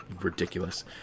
ridiculous